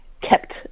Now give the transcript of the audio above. kept